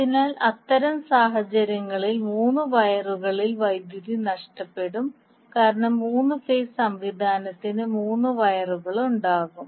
അതിനാൽ അത്തരം സാഹചര്യങ്ങളിൽ മൂന്ന് വയറുകളിൽ വൈദ്യുതി നഷ്ടപ്പെടും കാരണം മൂന്ന് ഫേസ് സംവിധാനത്തിന് മൂന്ന് വയറുകളുണ്ടാകും